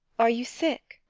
are you sick?